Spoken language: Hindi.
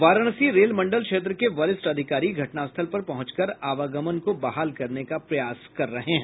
वाराणसी रेल मंडल क्षेत्र के वरिष्ठ अधिकारी घटनास्थल पर पहुंचकर आवागमन को बहाल करने का प्रयास कर रहे हैं